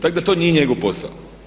Tako da to nije njegov posao.